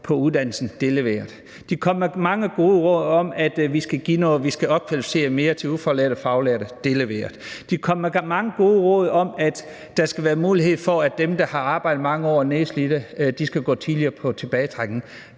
på uddannelse – det er leveret. De er kommet med mange gode råd om, at vi skal opkvalificere noget mere fra ufaglært til faglært – det er leveret. De er kommet med mange gode råd om, at der skal være mulighed for, at dem, der har arbejdet i mange år og er nedslidte, skal kunne gå på tidligere tilbagetrækning